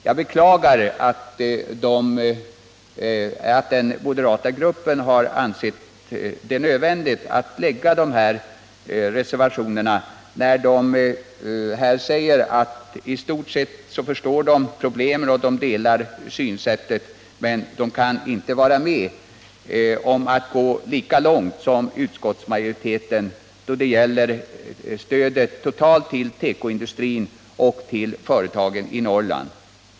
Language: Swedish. Jag beklagar att moderaterna i utskottet har ansett det nödvändigt att avge dessa. Trots att de uttalar att de i stort sett förstår problemen och delar utskottsmajoritetens synsätt kan de inte gå lika långt som denna då det gäller det totala stödet till tekoindustrin i Norrland.